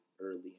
early